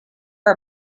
are